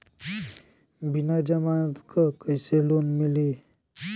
बिना जमानत क कइसे लोन मिली?